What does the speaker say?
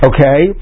Okay